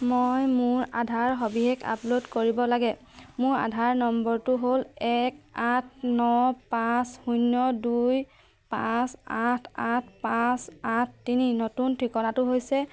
মই মোৰ আধাৰ সবিশেষ আপলোড কৰিব লাগে মোৰ আধাৰ নম্বৰটো হ'ল এক আঠ ন পাঁচ শূন্য দুই পাঁচ আঠ আঠ পাঁচ আঠ তিনি নতুন ঠিকনাটো হৈছে